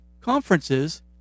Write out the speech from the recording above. conferences